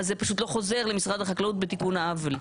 זה פשוט לא חוזר למשרד החקלאות בתיקון העוול.